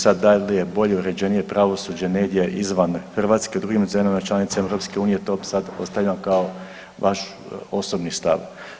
Sad da li je bolje i uređenije pravosuđe negdje izvan Hrvatske u drugim zemljama članicama EU to sad ostavljam kao vaš osobni stav.